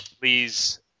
please